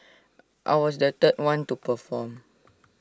I was the third one to perform